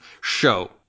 show